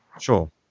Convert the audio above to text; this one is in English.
Sure